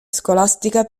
scolastica